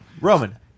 Roman